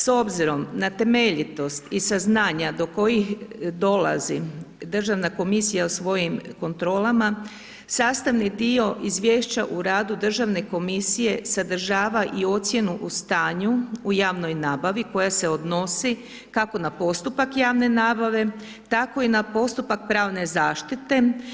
S obzirom na temeljitost i saznanja do kojih dolazi državna komisija svojim kontrolama, sastavni dio izvješća u radu državne komisije sadržava i ocjenu u stanju u javnoj nabavi koja se odnosi kako na postupak javne nabave, tako i na postupak pravne zaštite.